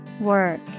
Work